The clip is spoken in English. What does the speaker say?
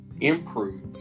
improve